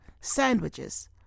sandwiches